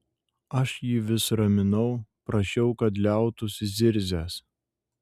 aš jį vis raminau prašiau kad liautųsi zirzęs